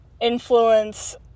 influence